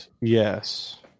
Yes